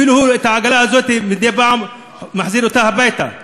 ואת העגלה הזאת הוא מדי פעם מחזיר הביתה בערב,